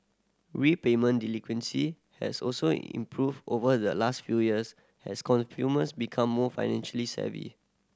repayment delinquency has also improved over the last few years as consumers become more financially savvy